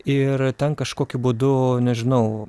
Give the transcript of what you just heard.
ir ten kažkokiu būdu nežinau